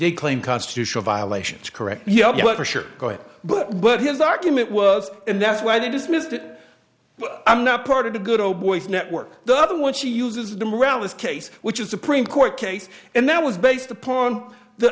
didn't claim constitutional violations correct for sure but what his argument was and that's why they dismissed it i'm not part of the good old boys network the other one she uses them around this case which is supreme court case and that was based upon the